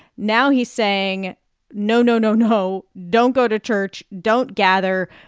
now he's saying no, no, no, no, don't go to church. don't gather.